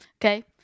okay